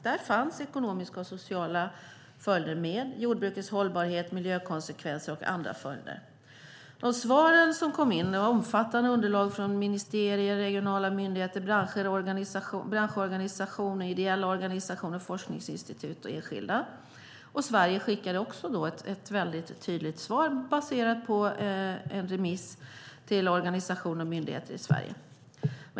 Där fanns ekonomiska och sociala följder med - jordbrukets hållbarhet, miljökonsekvenser och andra följder. De svar som kom in omfattade underlag från ministerier, regionala myndigheter, branschorganisationer, ideella organisationer, forskningsinstitut och enskilda. Sverige skickade också ett tydligt svar baserat på en remiss till organisationer och myndigheter i Sverige.